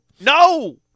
No